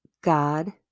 god